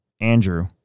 Andrew